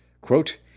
Quote